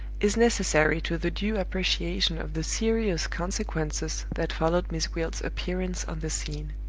is necessary to the due appreciation of the serious consequences that followed miss gwilt's appearance on the scene.